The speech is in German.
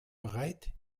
bereit